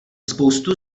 spoustu